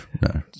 no